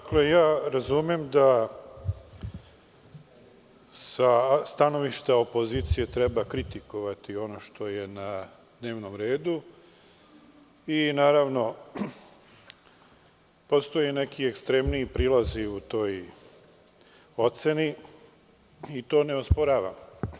Dakle, ja razumem da sa stanovišta opozicije treba kritikovati ono što je na dnevnom redu, i naravno postoje neki ekstremniji prilazi u toj oceni i to ne osporavam.